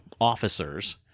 officers